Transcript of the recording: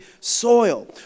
soil